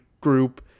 group